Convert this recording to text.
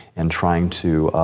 and trying to,